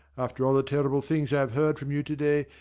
after all the terrible things i have heard from you today,